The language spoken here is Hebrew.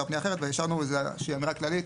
או פנייה אחרת" והשארנו איזה אמירה כללית